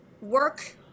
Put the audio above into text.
work